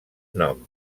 nom